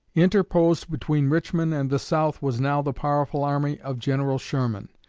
interposed between richmond and the south was now the powerful army of general sherman.